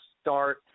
start